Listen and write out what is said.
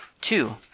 Two